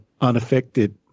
unaffected